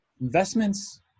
Investments